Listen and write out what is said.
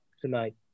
tonight